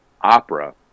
opera